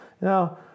Now